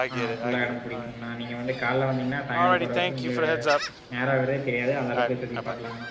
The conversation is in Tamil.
ஆ ஃபுல்லாக இடம் பிடிக்குங்கண்ணா நீங்கள் வந்து காலைல வந்திங்கனா சாயங்காலம் போகிற வரைக்கும் உங்கள் நேரம் ஆகிறதே தெரியாது அந்த அளவுக்கு சுற்றி பார்க்கலாங்கண்ணா